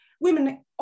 women